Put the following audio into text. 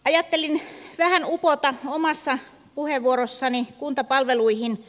ajattelin vähän upota omassa puheenvuorossani kuntapalveluihin